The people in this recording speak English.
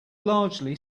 largely